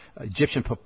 Egyptian